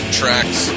tracks